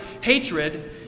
hatred